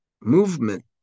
movement